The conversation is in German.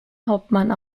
hauptmann